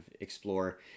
explore